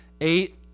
Eight